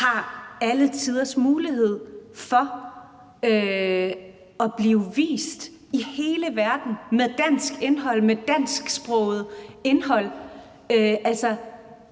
har alle tiders mulighed for at blive vist i hele verden med dansk indhold, med dansksproget indhold.